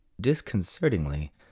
Disconcertingly